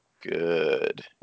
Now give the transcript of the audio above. Good